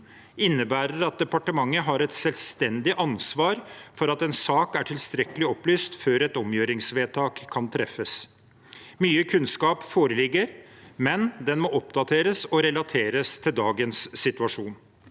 innebærer at departementet har et selvstendig ansvar for at en sak er tilstrekkelig opplyst før et omgjøringsvedtak kan treffes. Mye kunnskap foreligger, men den må oppdateres og relateres til dagens situasjon.